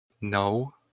No